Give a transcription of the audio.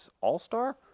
all-star